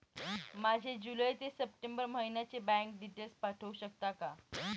माझे जुलै ते सप्टेंबर महिन्याचे बँक डिटेल्स पाठवू शकता का?